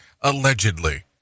Allegedly